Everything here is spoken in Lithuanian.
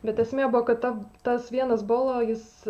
bet esmė buvo kad ta tas vienas bolo jis